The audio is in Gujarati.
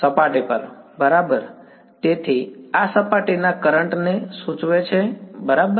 સપાટી પર બરાબર તેથી આ સપાટીના કરંટ ને સૂચવે છે બરાબર